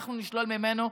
אנחנו נשלול ממנו.